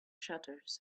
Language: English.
shutters